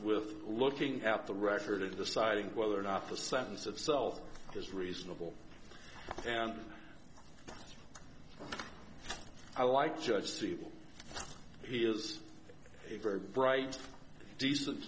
with looking at the record of the citing whether or not the sentence itself is reasonable and i like judge judy he is a very bright decent